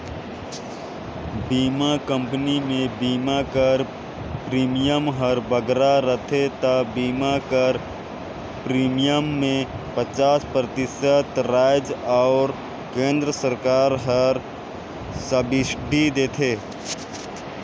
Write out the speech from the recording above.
बीमा कंपनी में बीमा कर प्रीमियम हर बगरा रहथे ता बीमा कर प्रीमियम में पचास परतिसत राएज अउ केन्द्र सरकार हर सब्सिडी देथे